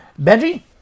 Benji